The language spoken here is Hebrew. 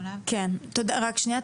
שיהיה שיתוף פעולה.